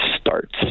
starts